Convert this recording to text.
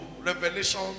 Revelation